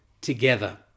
together